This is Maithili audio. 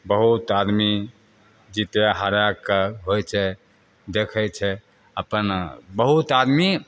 बहुत आदमी जीते हारेके होइ छै देखै छै अपन बहुत आदमी